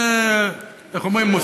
זה, איך אומרים?